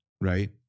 right